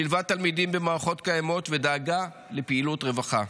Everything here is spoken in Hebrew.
שילבה תלמידים במערכות קיימות ודאגה לפעילות רווחה.